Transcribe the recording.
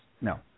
No